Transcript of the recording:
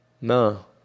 No